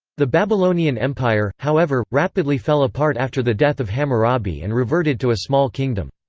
the babylonian empire, however, rapidly fell apart after the death of hammurabi and reverted to a small kingdom.